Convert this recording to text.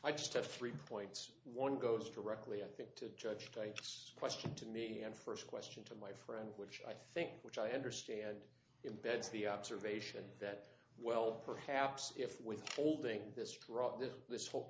i just a free points one goes directly i think to judge thanks question to me and first question to my friend which i think which i understand it begs the observation that well perhaps if withholding this drop this this w